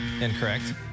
incorrect